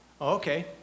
Okay